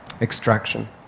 extraction